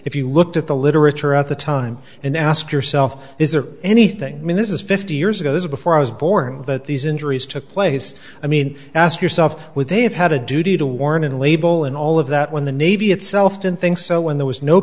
if you looked at the literature at the time and ask yourself is there anything i mean this is fifty years ago before i was born that these injuries took place i mean ask yourself would they have had a duty to warn and label and all of that when the navy itself didn't think so when there was no